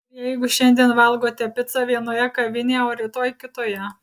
jeigu šiandien valgote picą vienoje kavinėje o rytoj kitoje